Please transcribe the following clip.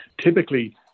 typically